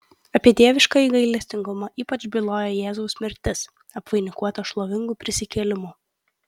apie dieviškąjį gailestingumą ypač byloja jėzaus mirtis apvainikuota šlovingu prisikėlimu